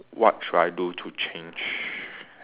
what should I do to change